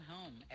Home